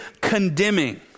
condemning